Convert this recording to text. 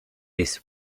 this